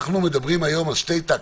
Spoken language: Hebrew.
אנחנו מדברים היום על שני טקטים.